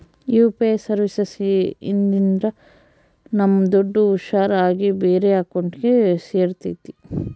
UPI services ಇದ್ರಿಂದ ನಮ್ ದುಡ್ಡು ಹುಷಾರ್ ಆಗಿ ಬೇರೆ ಅಕೌಂಟ್ಗೆ ಸೇರ್ತೈತಿ